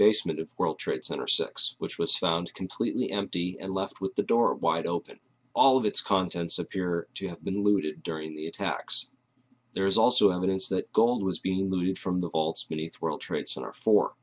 basement of world trade center six which was found completely empty and left with the door wide open all of its contents appear to have been looted during the attacks there is also evidence that gold was being looted from the vaults beneath world trade center for